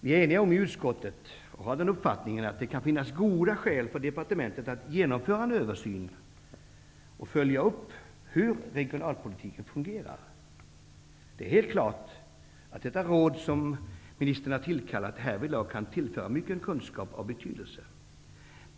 Vi är eniga om i utskottet att det kan finnas goda skäl för departementet att genomföra en översyn av samt följa upp hur regionalpolitiken fungerar. Det är helt klart att det regionalpolitiska råd som arbetsmarknadsministern har tillkallat härvidlag kan tillföra mycken vetskap av betydelse.